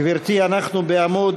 גברתי, אנחנו בעמוד